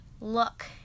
look